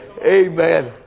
Amen